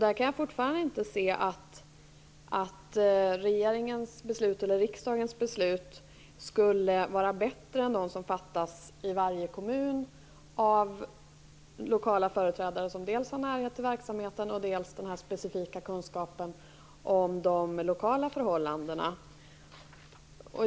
Där kan jag ännu inte se att riksdagens beslut skulle vara bättre än beslut som fattas i varje kommun av lokala företrädare, som dels har nära till verksamheten, dels har en specifik kunskap om de lokala förhållandena.